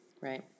Right